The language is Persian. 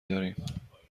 داریم